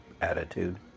attitude